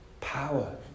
power